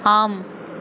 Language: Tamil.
ஆம்